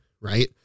right